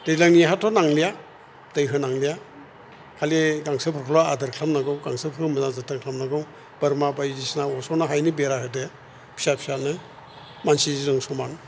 दैलांनि हाथ' नांलिया दै होनांलिया खालि गांसोफोरखौल' आदर खालामनांगौ गांसोखौ मोजां जोथोन खालामनांगौ बोरमा बायदिसिना अरस'नो हायैनि बेरा होदो फिसा फिसानो मानसिजों समान